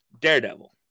daredevil